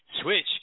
switch